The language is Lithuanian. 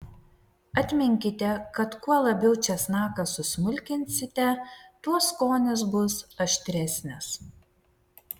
atminkite kad kuo labiau česnaką susmulkinsite tuo skonis bus aštresnis